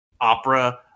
opera